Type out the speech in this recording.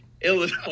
Illinois